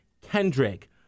Kendrick